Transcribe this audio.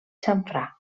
xamfrà